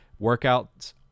workouts